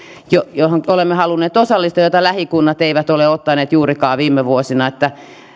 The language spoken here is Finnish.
mihin olemme halunneet osallistua ja mitä lähikunnat eivät ole ottaneet juurikaan viime vuosina että